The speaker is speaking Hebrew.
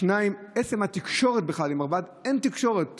דבר שני, עצם התקשורת בכלל עם מרב"ד, אין תקשורת.